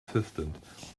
assistant